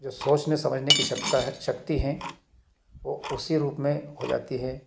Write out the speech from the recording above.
जो सोचने समझने की क्षमता है शक्ति हैं वह उसी रूप में हो जाती है